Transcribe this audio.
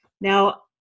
Now